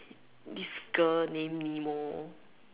this girl named Nemo